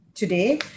Today